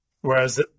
Whereas